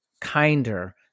kinder